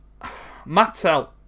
Mattel